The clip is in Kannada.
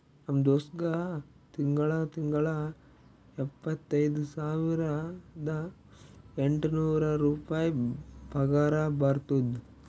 ನಮ್ ದೋಸ್ತ್ಗಾ ತಿಂಗಳಾ ತಿಂಗಳಾ ಇಪ್ಪತೈದ ಸಾವಿರದ ಎಂಟ ನೂರ್ ರುಪಾಯಿ ಪಗಾರ ಬರ್ತುದ್